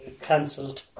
cancelled